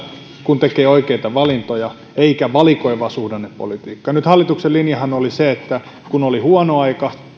kun tekee oikeita valintoja eikä valikoivaa suhdannepolitiikkaa nythän hallituksen linja oli se että kun oli huono aika